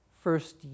first